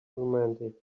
romantic